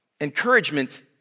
Encouragement